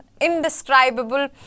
indescribable